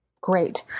great